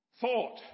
thought